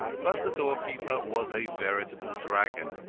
but the doorkeeper was a veritable dragon.